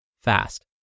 fast